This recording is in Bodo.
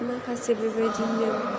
माखासे बेबायदिनो